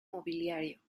mobiliario